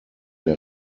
der